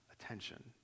attention